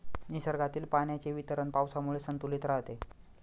निसर्गातील पाण्याचे वितरण पावसामुळे संतुलित राहते